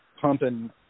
pumping